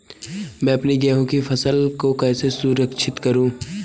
मैं अपनी गेहूँ की फसल को कैसे सुरक्षित करूँ?